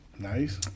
Nice